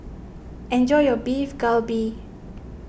enjoy your Beef Galbi